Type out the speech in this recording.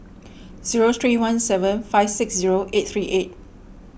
zero three one seven five six zero eight three eight